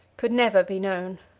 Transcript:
could never be known.